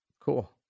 Cool